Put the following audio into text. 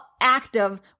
active